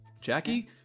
Jackie